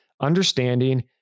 understanding